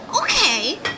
okay